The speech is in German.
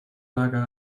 lager